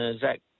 Zach